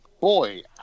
boy